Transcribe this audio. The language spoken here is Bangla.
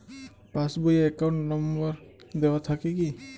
পাস বই এ অ্যাকাউন্ট নম্বর দেওয়া থাকে কি?